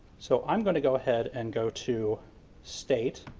so i'm going to go ahead and go to state